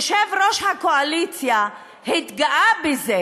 יושב-ראש הקואליציה התגאה בזה